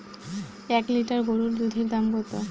এক লিটার গোরুর দুধের দাম কত?